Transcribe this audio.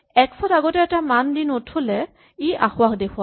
x ত আগতে এটা মান দি নথ'লে ই আসোঁৱাহ দেখুৱাব